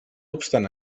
obstant